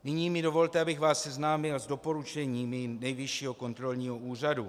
Nyní mi dovolte, abych vás seznámil s doporučeními Nejvyššího kontrolního úřadu.